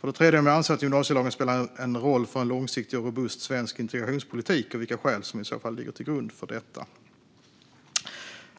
För det tredje om jag anser att gymnasielagen spelar en roll för en långsiktig och robust svensk integrationspolitik och vilka skäl som i så fall ligger till grund för detta.